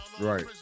right